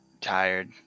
tired